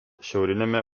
šiauriniame